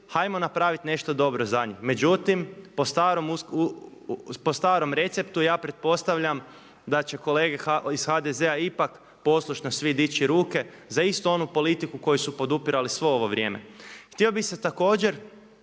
hajmo napraviti nešto drugo za njih. Međutim, po starom receptu ja pretpostavljam da će kolege iz HDZ-a ipak poslušno svi dići ruke za istu onu politiku koju su podupirali svo ovo vrijeme. Htio bih se također